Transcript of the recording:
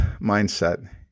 mindset